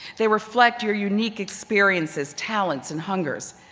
they reflect your unique experiences, talents, and hungers.